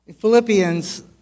Philippians